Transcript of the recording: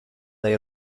dai